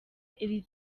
iri